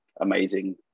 amazing